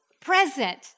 present